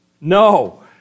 No